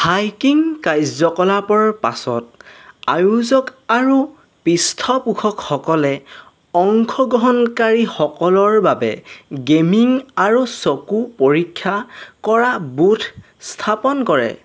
hiking কাৰ্য কলাপৰ পাছত আয়োজক আৰু পৃষ্ঠপোষকসকলে অংশগ্ৰহণকাৰীসকলৰ বাবে গেমিং আৰু চকু পৰীক্ষা কৰা বুথ স্থাপন কৰে